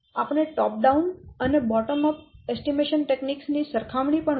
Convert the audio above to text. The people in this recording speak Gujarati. આપણે ટોપ ડાઉન અને બોટમ અપ અંદાજ તકનીકો ની સરખામણી પણ કરી